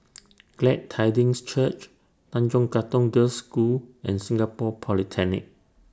Glad Tidings Church Tanjong Katong Girls' School and Singapore Polytechnic